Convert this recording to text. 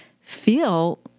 feel